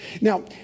Now